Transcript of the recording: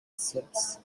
serbs